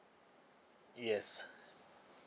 yes